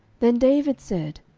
then david said,